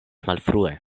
malfrue